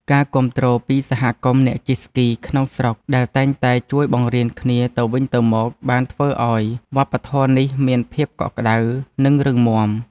ការគាំទ្រពីសហគមន៍អ្នកជិះស្គីក្នុងស្រុកដែលតែងតែជួយបង្រៀនគ្នាទៅវិញទៅមក បានធ្វើឱ្យវប្បធម៌នេះមានភាពកក់ក្ដៅ និងរឹងមាំ។